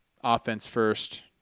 offense-first